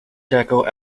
deco